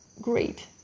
great